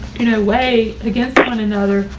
you know, weigh against one another,